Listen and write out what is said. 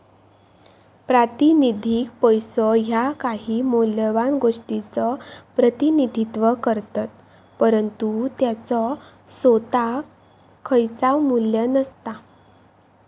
प्रातिनिधिक पैसो ह्या काही मौल्यवान गोष्टीचो प्रतिनिधित्व करतत, परंतु त्याचो सोताक खयचाव मू्ल्य नसता